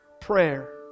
prayer